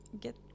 get